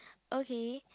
okay